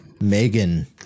Megan